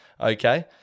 Okay